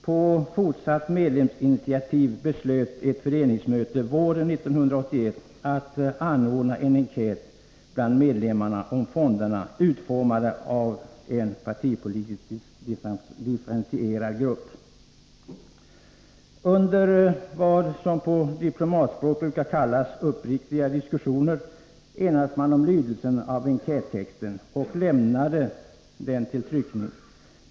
På fortsatt medlemsinitiativ beslöt ett föreningsmöte våren 1981 att anordna en enkät Under vad som på diplomatspråk brukar kallas ”uppriktiga diskussioner” enades man om lydelsen av enkättexten och lämnade den till tryckning.